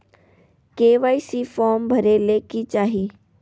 KYC form भरे ले कि चाही?